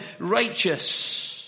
righteous